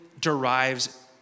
derives